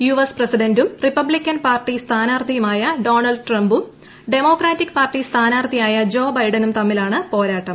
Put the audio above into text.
US പ്രസിഡൻറും Republican പാർട്ടി സ്ഥാനാർഥിയുമായ ഡോണൾഡ് ട്രംപും ഡെമോക്രാറ്റിക് പാർട്ടി സ്ഥാനാർഥിയായ ജോ ട്രെബഡനും തമ്മിലാണ് പോരാട്ടം